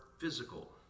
physical